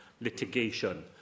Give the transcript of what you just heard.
litigation